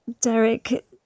Derek